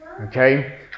okay